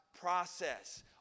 process